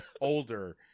older